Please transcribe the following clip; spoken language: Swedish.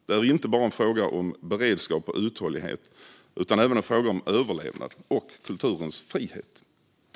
Det är inte bara en fråga om beredskap och uthållighet utan även en fråga om överlevnad och kulturens frihet.